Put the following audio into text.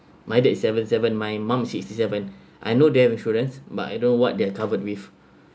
my dad seven seven my mum sixty seven I know they have insurance but I don't know what they're covered with